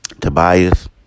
Tobias